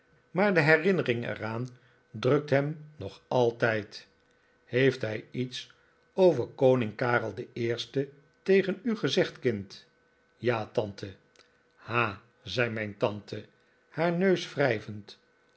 maar de herinnering er aan drukt hem nog altijd heeft hij iets over koning karel den eersten tegen u gezegd kind ja tante ha zei mijn tante haar neus wrijvend